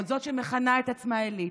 או זאת שמכנה את עצמה אליטה,